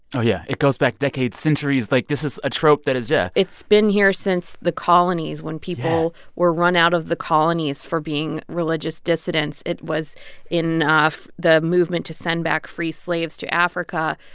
oh, yeah. it goes back decades, centuries. like, this is a trope that is yeah it's been here since the colonies when people were run out of the colonies for being religious dissidents. it was in the movement to send back free slaves to africa.